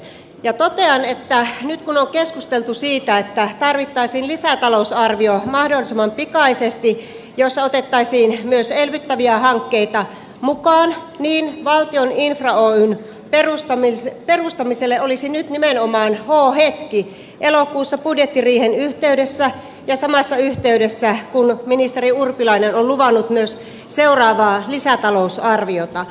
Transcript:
totean että nyt kun on keskusteltu siitä että tarvittaisiin lisätalousarvio mahdollisimman pikaisesti jossa otettaisiin myös elvyttäviä hankkeita mukaan niin valtion infra oyn perustamiselle olisi h hetki nimenomaan nyt elokuussa budjettiriihen yhteydessä ja samassa yhteydessä johon ministeri urpilainen on luvannut myös seuraavaa lisätalousarviota